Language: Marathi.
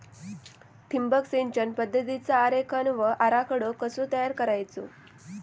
ठिबक सिंचन पद्धतीचा आरेखन व आराखडो कसो तयार करायचो?